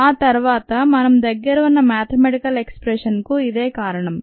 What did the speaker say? ఆ తర్వాత మన దగ్గర ఉన్న మాథెమ్యాటికల్ ఎక్సప్రెషన్ కు ఇదే కారణం